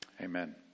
Amen